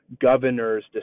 governor's